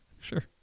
sure